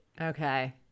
okay